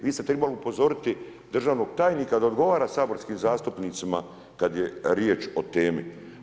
Vi ste trebali upozoriti državnog tajnika da odgovara saborskim zastupnicima kada je riječ o temi.